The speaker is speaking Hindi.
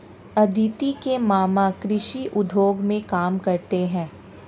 अदिति के मामा कृषि उद्योग में काम करते हैं